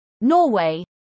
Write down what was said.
Norway